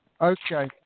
Okay